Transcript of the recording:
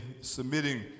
submitting